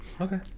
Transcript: okay